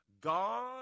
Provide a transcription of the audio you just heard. God